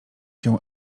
się